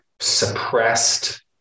suppressed